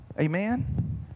Amen